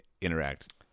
interact